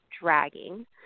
dragging